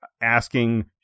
asking